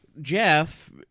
Jeff